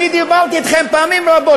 אני דיברתי אתכם פעמים רבות.